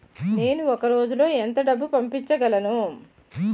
నేను ఒక రోజులో ఎంత డబ్బు పంపించగలను?